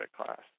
class